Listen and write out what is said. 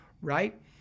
right